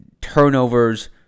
turnovers